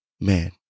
man